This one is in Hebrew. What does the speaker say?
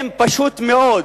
הם פשוט מאוד